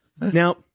Now